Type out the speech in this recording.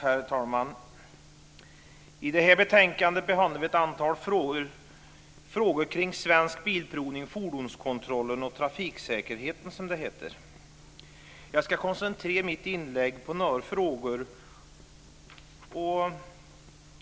Herr talman! I det här betänkandet behandlar vi ett antal frågor kring Svensk Bilprovning, fordonskontrollen och trafiksäkerheten. Jag ska koncentrera mitt inlägg på några frågor.